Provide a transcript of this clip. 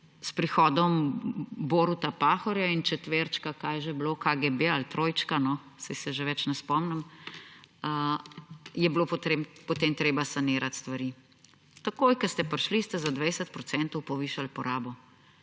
s prihodom Boruta Pahorja in četverčka – kaj je že bilo, KGB? – ali trojčka, saj se že ne spomnim več, sanirati stvari. Takoj ko ste prišli, ste za 20 % povišali porabo.